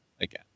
again